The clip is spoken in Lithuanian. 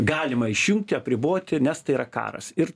galima išjungti apriboti nes tai yra karas ir